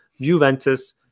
juventus